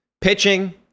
pitching